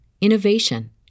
innovation